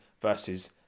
versus